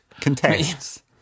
Contests